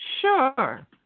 sure